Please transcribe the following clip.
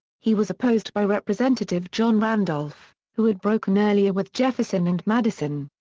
he was opposed by rep. john randolph, who had broken earlier with jefferson and madison.